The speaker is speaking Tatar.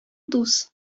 дус